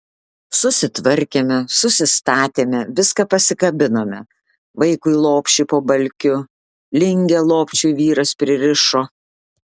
susitvarkėme susistatėme viską pasikabinome vaikui lopšį po balkiu lingę lopšiui vyras pririšo